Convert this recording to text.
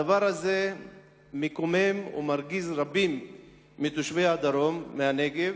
הדבר הזה מקומם ומרגיז רבים מתושבי הדרום, מהנגב.